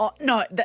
No